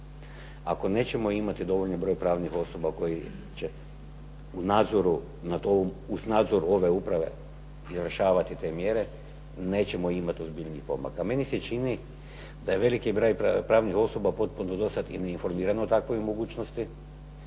ako nećemo imati dovoljan broj pravnih osoba koji će uz nadzor ove Uprave izvršavati te mjere, nećemo imati ozbiljnijih pomaka. Meni se čini da je veliki broj pravnih osoba potpuno neinformiran o takvoj mogućnosti,